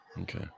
okay